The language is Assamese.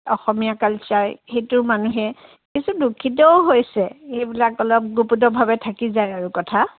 অসমীয়া কালচাৰ সেইটো মানুহে কিছু লুথিতও হৈছে সেইবিলাক অলপ গুপুতভাৱে থাকি যায় আৰু কথা